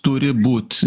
turi būt